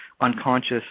unconscious